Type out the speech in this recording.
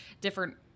different